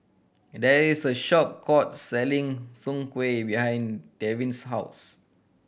there is a short court selling Soon Kuih behind Devin's house